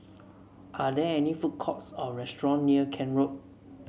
are there food courts or restaurants near Kent Road